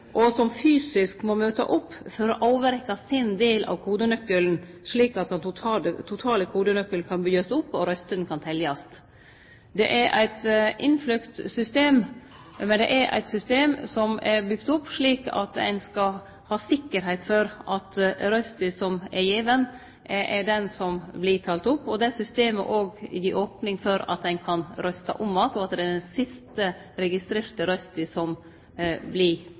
må fysisk møte opp for å overrekkje sin del av kodenøkkelen, slik at den totale kodenøkkelen kan byggjast opp og røystene kan teljast. Det er eit innfløkt system, men det er eit system som er bygt opp slik at ein skal ha sikkerheit for at den røysta som er gitt, er den som vert tald opp. Det systemet gir òg opning for at ein kan røyste om att, og at det er den sist registrerte røysta som